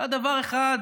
לא היה דבר אחד